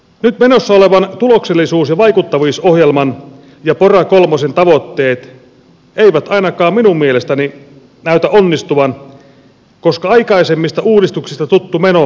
nyt menossa olevan tuloksellisuus ja vaikuttavuusohjelman ja pora kolmosen tavoitteet eivät ainakaan minun mielestäni näytä onnistuvan koska aikaisemmista uudistuksista tuttu meno sen kun jatkuu